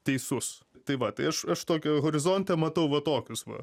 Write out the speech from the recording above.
teisus tai va tai aš aš tokio horizonte matau va tokius va